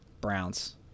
Browns